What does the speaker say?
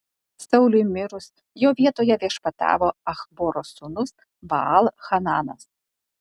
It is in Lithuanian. sauliui mirus jo vietoje viešpatavo achboro sūnus baal hananas